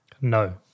no